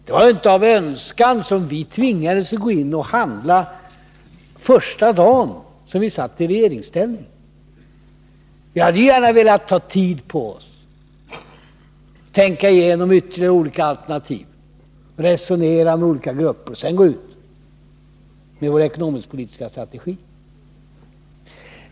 Det var inte någon önskan som låg bakom, när vi tvingades gå in och handla den första dagen som vi satt i regeringsställning. Vi hade gärna velat ta tid på oss, tänka igenom ytterligare olika alternativ, resonera med olika grupper och sedan gå ut med vår ekonomisk-politiska strategi.